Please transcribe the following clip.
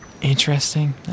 interesting